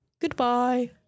Goodbye